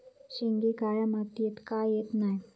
शेंगे काळ्या मातीयेत का येत नाय?